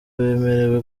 bemerewe